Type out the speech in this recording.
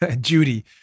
Judy